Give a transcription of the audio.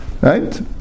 right